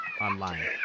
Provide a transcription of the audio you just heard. online